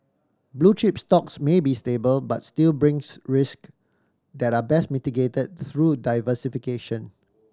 blue chip stocks may be stable but still brings risk that are best mitigate through diversification